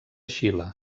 xile